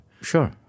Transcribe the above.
Sure